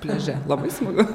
pliaže labai smagu